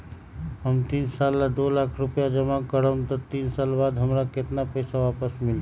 हम तीन साल ला दो लाख रूपैया जमा करम त तीन साल बाद हमरा केतना पैसा वापस मिलत?